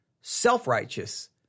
self-righteous